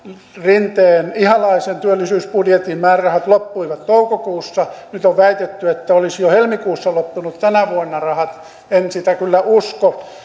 rinteen ihalaisen työllisyysbudjetin määrärahat loppuivat toukokuussa nyt on väitetty että olisivat jo helmikuussa loppuneet tänä vuonna rahat en sitä kyllä usko